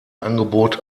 angebot